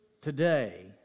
today